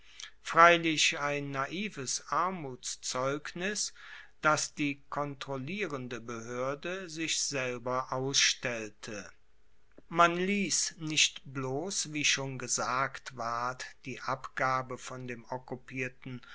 freilich ein naives armutszeugnis das die kontrollierende behoerde sich selber ausstellte man liess nicht bloss wie schon gesagt ward die abgabe von dem okkupierten